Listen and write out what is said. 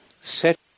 set